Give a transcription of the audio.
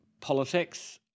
politics